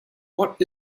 what